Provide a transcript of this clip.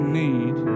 need